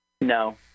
No